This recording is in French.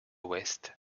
ouest